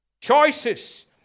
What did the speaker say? Choices